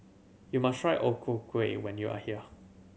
you must try O Ku Kueh when you are here